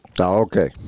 Okay